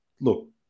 look